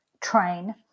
train